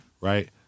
Right